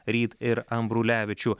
ryd ir ambrulevičių